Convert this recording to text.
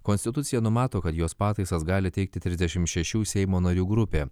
konstitucija numato kad jos pataisas gali teikti trisdešimt šešių seimo narių grupė